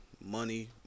money